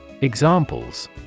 Examples